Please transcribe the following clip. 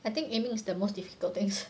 I think aiming is the most difficult things